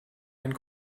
einen